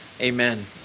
Amen